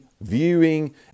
viewing